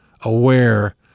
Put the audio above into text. aware